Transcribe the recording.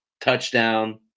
touchdown